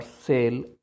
sale